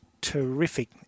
terrific